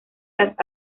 las